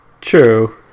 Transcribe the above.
True